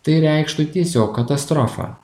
tai reikštų tiesiog katastrofą